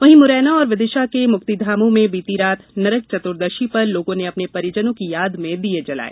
वहीं मुरैना और विदिशा के मुक्तिधामों में बीती रात नरक चतुर्दशी पर लोगों ने अपने परिजनों की याद में दीये जलाए